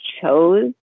chose